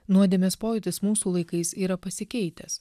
nuodėmės pojūtis mūsų laikais yra pasikeitęs